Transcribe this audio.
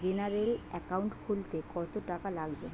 General account খুলতে কত টাকা লাগবে?